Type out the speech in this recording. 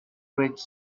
rich